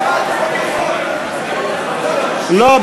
לא,